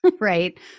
right